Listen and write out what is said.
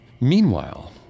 Meanwhile